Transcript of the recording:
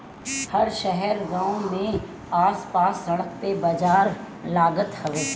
हर शहर गांव में आस पास सड़क पे बाजार लागत हवे